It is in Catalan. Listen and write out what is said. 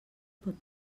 pot